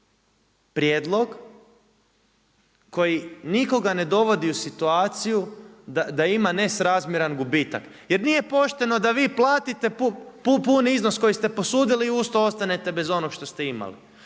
prijedlog koji nikoga ne dovodi u situaciju da ima nesrazmjeran gubitak. Jer nije pošteno da vi platite pun iznos koji ste posudili i uz to ostanete bez onog što ste imali.